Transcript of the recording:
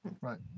right